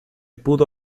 pudo